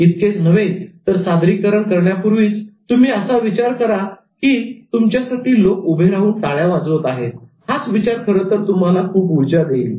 इतकेच नव्हे तर सादरीकरण करण्यापूर्वीच तुम्ही असा विचार करा की तुमच्यासाठी लोक उभे राहून टाळ्या वाजवत आहेत हाच विचार खरंतर तुम्हाला खूप ऊर्जा देईल